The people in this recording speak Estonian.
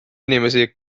inimesi